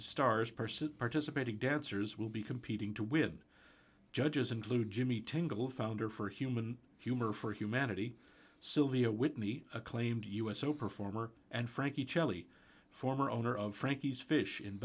the stars person participating dancers will be competing to win judges include jimmy tingle founder for human humor for humanity sylvia whitney acclaimed u s o performer and frankie cheli former owner of frankie's fish in